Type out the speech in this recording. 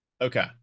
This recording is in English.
Okay